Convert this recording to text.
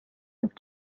have